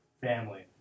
family